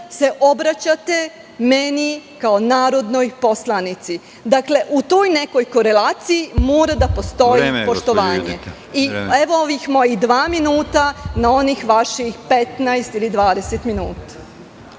se obraćate meni kao narodnoj poslanici. Dakle, u toj nekoj koleraciji mora da postoji poštovanje. Evo, ovih mojih dva minuta na onih vaših 15 ili 20 minuta.